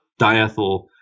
diethyl